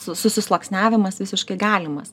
susisluoksniavimas visiškai galimas